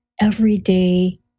everyday